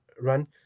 run